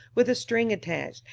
with a string attached,